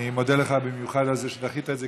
אני מודה לך במיוחד על זה שדחית את זה,